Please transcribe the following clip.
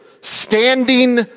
standing